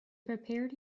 prepared